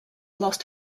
lost